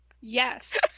Yes